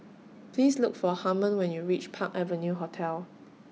Please Look For Harmon when YOU REACH Park Avenue Hotel